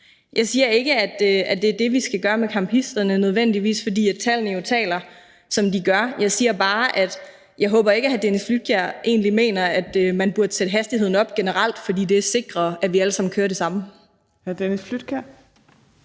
Jeg siger ikke, at det nødvendigvis er det, vi skal gøre med campisterne, for tallene siger jo det, de gør, men jeg siger bare, at jeg ikke håber, at hr. Dennis Flydtkjær egentlig mener, at man burde sætte hastigheden op generelt, fordi det er sikrere, at vi alle sammen kører med den samme